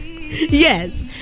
Yes